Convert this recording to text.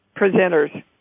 presenters